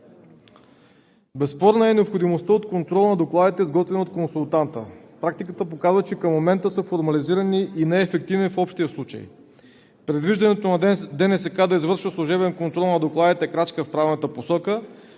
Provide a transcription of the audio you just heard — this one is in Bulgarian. Безспорна е необходимостта от контрола на докладите, изготвени от консултанта. Практиката показва, че към момента са формализирани и неефективни в общия случай. Предвиждането на ДНСК да извършва служебен контрол на докладите е крачка в правилната посока,